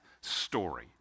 story